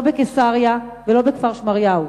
לא בקיסריה ולא בכפר-שמריהו,